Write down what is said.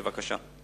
בבקשה.